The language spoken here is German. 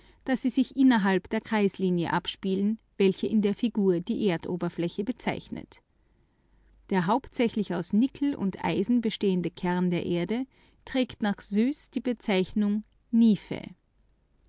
daß sie sich innerhalb der kreislinie abspielen welche in der figur die erdoberfläche bezeichnet der hauptsächlich aus nickel und eisen bestehende kern der erde trägt nach suess die bezeichnung nife